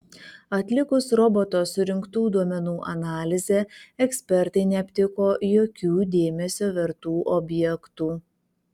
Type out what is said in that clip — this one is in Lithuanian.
atlikus roboto surinktų duomenų analizę ekspertai neaptiko jokių dėmesio vertų objektų